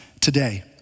today